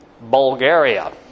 Bulgaria